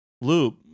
loop